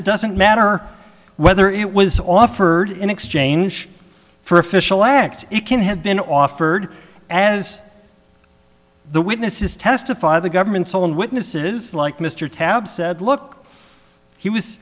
it doesn't matter whether it was offered in exchange for official act it can't have been offered as the witnesses testify the government's own witnesses like mr tabb said look he was